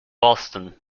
boston